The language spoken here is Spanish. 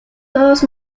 todos